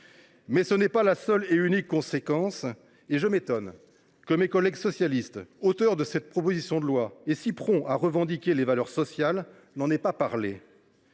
n’est cependant pas la seule et unique conséquence, et je m’étonne que mes collègues socialistes, auteurs de cette proposition de loi, et si prompts à revendiquer les valeurs sociales, n’en aient pas parlé.